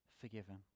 forgiven